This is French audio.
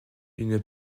une